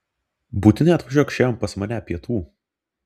būtinai atvažiuok šiandien pas mane pietų